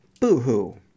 boo-hoo